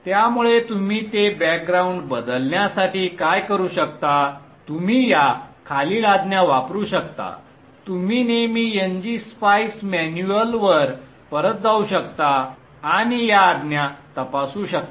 त्यामुळे तुम्ही ते बॅकग्राऊंड बदलण्यासाठी काय करू शकता तुम्ही या खालील आज्ञा वापरू शकता तुम्ही नेहमी ngSpice मॅन्युअलवर परत जाऊ शकता आणि या आज्ञा तपासू शकता